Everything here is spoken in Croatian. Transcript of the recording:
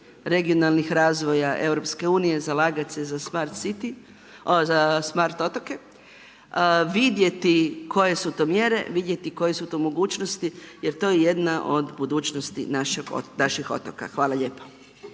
regionalnih razvoja EU, zalagat se za smart city, za smart otoke, vidjeti koje su to mjere, vidjeti koje su to mogućnosti jer to je jedna od budućnosti naših otoka. Hvala lijepo.